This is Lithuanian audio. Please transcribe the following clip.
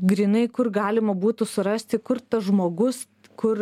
grynai kur galima būtų surasti kur tas žmogus kur